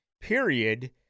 period